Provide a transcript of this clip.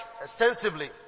extensively